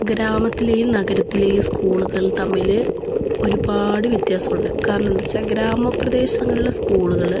ഗ്രാമത്തിലെയും നഗരത്തിലെയും സ്കൂളുകൾ തമ്മിൽ ഒരുപാട് വ്യത്യാസമുണ്ട് കാരണം എന്താ വച്ചാൽ ഗ്രാമ പ്രദേശങ്ങളിലെ സ്കൂളുകൾ